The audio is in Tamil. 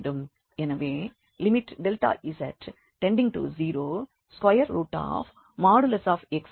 எனவே z→0|xy| 0xiy